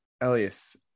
Elias